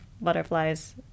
butterflies